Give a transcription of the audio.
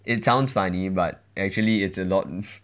it sounds funny but actually it's a lot